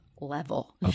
level